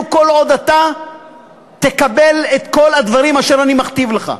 כל עוד אתה מקבל את כל הדברים שאני מכתיב לך.